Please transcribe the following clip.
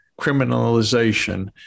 criminalization